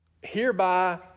hereby